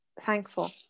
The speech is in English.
thankful